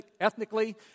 ethnically